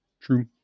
True